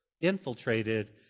infiltrated